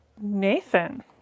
Nathan